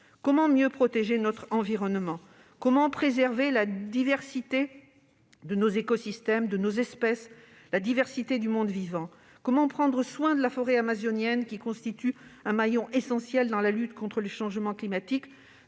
Comment mieux protéger notre environnement ? Comment préserver la diversité de nos écosystèmes, de nos espèces et du monde vivant ? Comment prendre soin de la forêt amazonienne qui constitue un maillon essentiel dans la lutte contre le changement climatique,